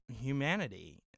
humanity